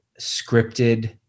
scripted